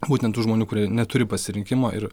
būtent tų žmonių kurie neturi pasirinkimo ir